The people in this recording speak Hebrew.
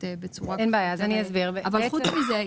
חוץ מזה,